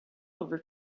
over